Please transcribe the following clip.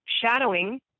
shadowing